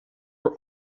are